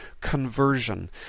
conversion